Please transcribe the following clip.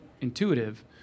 intuitive